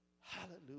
Hallelujah